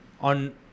on